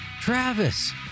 Travis